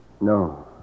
No